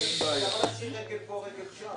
אתה יכול לשיר רגל פה רגל שם.